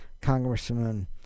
Congressman